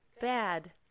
bad